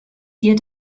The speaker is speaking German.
hier